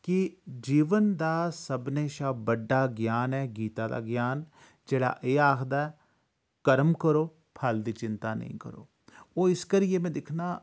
कि जीवन दा सब्भनें शा बड्डा ज्ञान ऐ गीता दा ज्ञान जेह्ड़ा एह् आखदा ऐ कर्म करो फल दी चिंता नेईं करो ओह् इस करियै में दिक्खना